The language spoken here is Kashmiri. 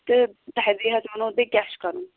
تہٕ دَہہِ دۅہۍ حظ وَنہو تۄہہِ کیٛاہ چھُ کَرُن